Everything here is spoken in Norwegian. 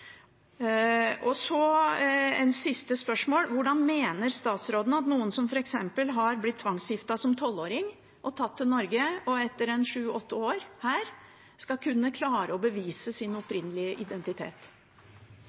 Så et siste spørsmål: Hvordan mener statsråden at noen som f.eks. har blitt tvangsgiftet som tolvåring og tatt til Norge, etter sju–åtte år her skal kunne klare å bevise sin